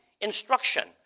instruction